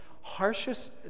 harshest